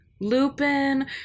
Lupin